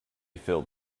filled